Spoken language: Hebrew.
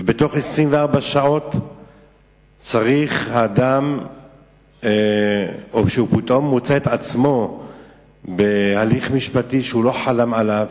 ותוך 24 שעות אדם מוצא את עצמו פתאום בהליך משפטי שהוא לא חלם עליו,